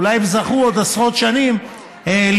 אולי הם זכו עוד עשרות שנים לראות,